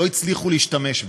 לא הצליחו להשתמש בה.